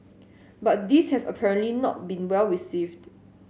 but these have apparently not been well received